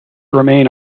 remain